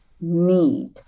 need